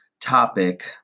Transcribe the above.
topic